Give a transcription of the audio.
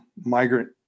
migrant